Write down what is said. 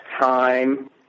time